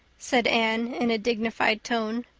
said anne, in a dignified tone.